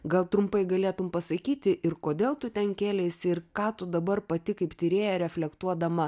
gal trumpai galėtum pasakyti ir kodėl tu ten kėleisi ir ką tu dabar pati kaip tyrėja reflektuodama